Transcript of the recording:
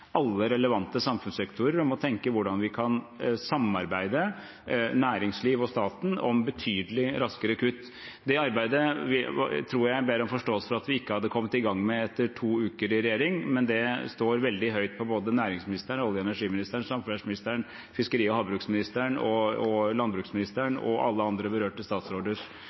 alle relevante samfunnssektorer og tenke hvordan vi – næringslivet og staten – kan samarbeide om betydelig raskere kutt. Det arbeidet ber jeg om forståelse for at vi ikke hadde kommet i gang med etter to uker i regjering, men det står veldig høyt på både næringsministerens, olje- og energiministerens, samferdselsministerens, fiskeri- og havbruksministerens, landbruksministerens og alle andre berørte